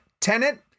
Tenant